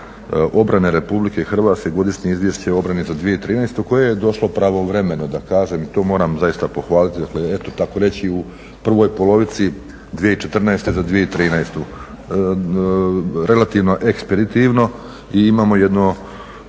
obrane RH Godišnje izvješće obrane za 2013.koje je došlo pravovremeno da kažem i to moram zaista pohvaliti, dakle eto tako reći u prvoj polovici 2014.za 2013. relativno ekspeditivno. I imamo jedno